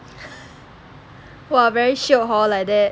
!wah! very shiok hor like that